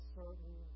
certain